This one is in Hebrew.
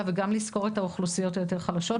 וגם לזכור את האוכלוסיות היותר חלשות.